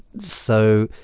so,